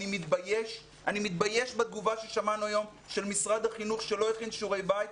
אני מתבייש בתגובה ששמענו היום של משרד החינוך שלא הכין שיעורי בית,